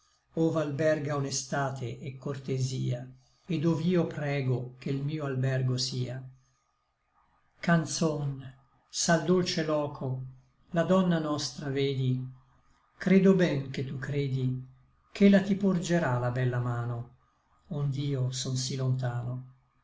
honora ov'alberga honestade et cortesia et dov'io prego che l mio albergo sia canzon s'al dolce loco la donna nostra vedi credo ben che tu credi ch'ella ti porgerà la bella mano ond'io son sí lontano